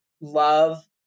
love